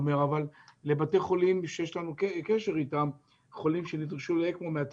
לבתי חולים שיש לנו קשר איתם חולים שנדרשו לאקמו.